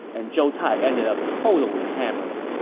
and zhou tai ended up totally hammered.